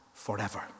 forever